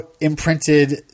imprinted